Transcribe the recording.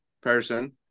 person